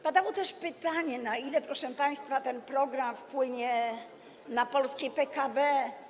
Padło też pytanie, na ile, proszę państwa, ten program wpłynie na polskie PKB.